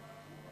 הרי.